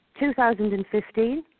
2015